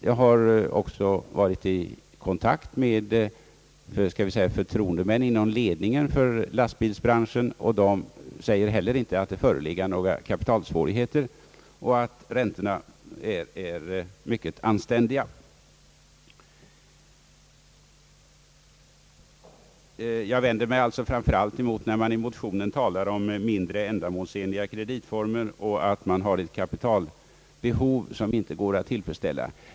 Jag har också varit i kontakt med vad vi kan kalla förtroendemän inom ledningen för lastbilsbranschen. De säger också, att det inte föreligger några kapitalsvårigheter och att räntorna relativt sett är mycket anständiga. Jag vänder mig alltså framför allt emot att det i motionen talas om mindre ändamålsenliga kreditformer och att det föreligger ett kapitalbehov som inte går att tillfredsställa.